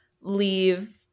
leave –